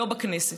לא בכנסת.